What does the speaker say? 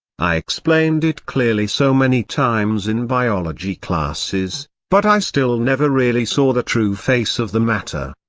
i explained it clearly so many times in biology classes, but i still never really saw the true face of the matter.